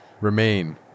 remain